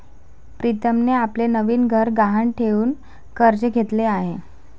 प्रीतमने आपले नवीन घर गहाण ठेवून कर्ज घेतले आहे